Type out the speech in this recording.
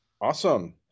Awesome